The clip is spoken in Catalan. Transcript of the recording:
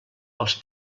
els